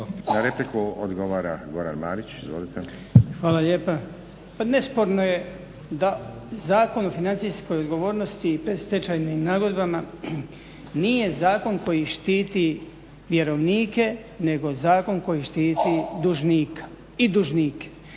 Izvolite. **Marić, Goran (HDZ)** Hvala lijepa. Pa nesporno je da Zakon o financijskoj odgovornosti i predstečajnim nagodbama nije zakon koji štiti vjerovnike nego zakon koji štiti dužnika i dužnike.